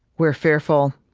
we're fearful.